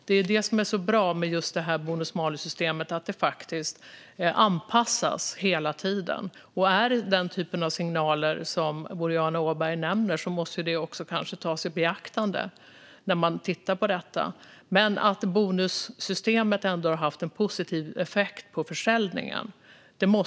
Det är det som är så bra med just det här bonus-malus-systemet att det faktiskt anpassas hela tiden, och är det den typen av signaler som Boriana Åberg nämner måste det kanske också tas i beaktande när man tittar på detta. Man måste ändå säga att bonussystemet har haft en positiv effekt på försäljningen.